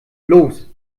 los